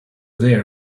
there